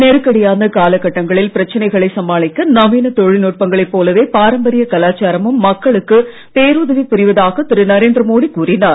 நெருக்கடியான காலகட்டங்களில் பிரச்சனைகளை சமாளிக்க நவீன தொழில்நுட்பங்களை போலவே பாரம்பரிய கலாச்சாரமும் மக்களுக்கு பேருதவி புரிவதாக திருநரேந்திர மோடி கூறினார்